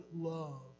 love